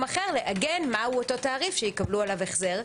אחר לעגן מהו אותו תעריף שיקבלו עליו החזר.